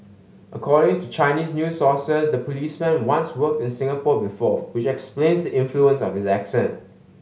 according to Chinese news sources the policeman once worked in Singapore before which explains the influence of his accent